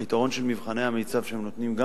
היתרון של מבחני המיצ"ב הוא שהם נותנים גם